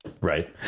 right